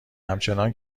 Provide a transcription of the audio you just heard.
همچنان